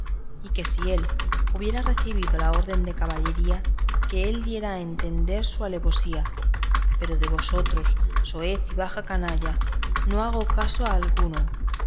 y que si él hubiera recebido la orden de caballería que él le diera a entender su alevosía pero de vosotros soez y baja canalla no hago caso alguno